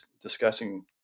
discussing